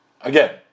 Again